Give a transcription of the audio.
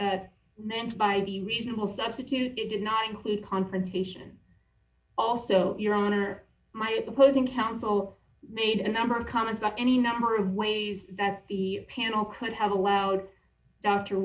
the reasonable substitute it did not include confrontation also your honor my opposing counsel made a number of comments about any number of ways that the panel could have allowed dr